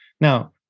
Now